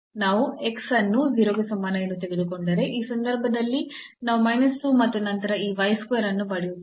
ನಾವು x ಅನ್ನು 0 ಗೆ ಸಮಾನ ಎಂದು ತೆಗೆದುಕೊಂಡರೆ ಈ ಸಂದರ್ಭದಲ್ಲಿ ನಾವು ಮೈನಸ್ 2 ಮತ್ತು ನಂತರ ಈ y square ಅನ್ನು ಪಡೆಯುತ್ತೇವೆ